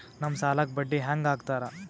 ನಮ್ ಸಾಲಕ್ ಬಡ್ಡಿ ಹ್ಯಾಂಗ ಹಾಕ್ತಾರ?